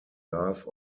love